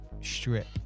strip